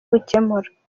gukemura